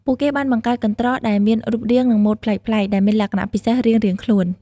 ពួកគេបានបង្កើតកន្ត្រកដែលមានរូបរាង និងម៉ូដប្លែកៗ ដែលមានលក្ខណៈពិសេសរៀងៗខ្លួន។